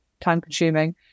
time-consuming